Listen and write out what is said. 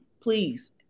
Please